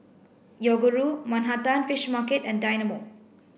Yoguru Manhattan Fish Market and Dynamo